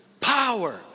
Power